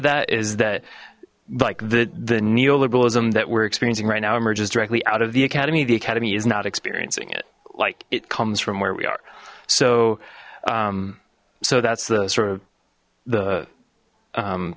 that is that like the the neoliberalism that we're experiencing right now emerges directly out of the academy the academy is not experiencing it like it comes from where we are so so that's the sort of the